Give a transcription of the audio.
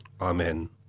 Amen